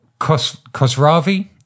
Kosravi